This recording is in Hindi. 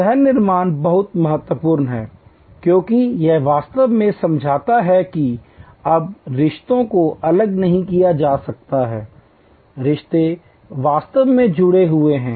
सह निर्माण बहुत महत्वपूर्ण है क्योंकि यह वास्तव में समझता है कि अब रिश्तों को अलग नहीं किया जा सकता है रिश्ते वास्तव में जुड़े हुए हैं